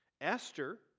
Esther